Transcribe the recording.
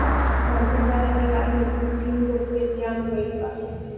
मंदिर वाला दिवार में दू तीन गो पेड़ जाम गइल बा